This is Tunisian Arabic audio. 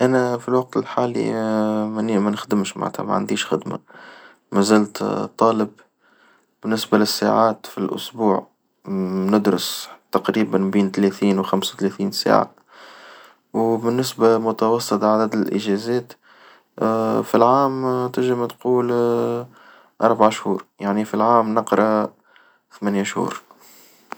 انا في الوقت الحالي ماني ما نخدمش معنتها ما عنديش خدمة ما زلت طالب، بالنسبة للساعات في الأسبوع ندرس تقريبًا بين ثلاثين وخمسة وثلاثين ساعة، وبالنسبة لمتوسط عدد الإجازات، في العام تجم تقول أربع شهور يعني في العام نقرأ ثمانية شهور.